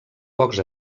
pocs